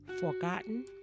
forgotten